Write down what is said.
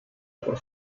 por